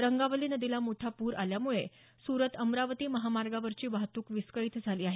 रंगावली नदीला मोठा पूर आल्यामुळे सुरत अमरावती महामार्गावरची वाहतूक विस्कळीत झाली आहे